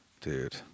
Dude